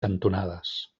cantonades